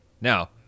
Now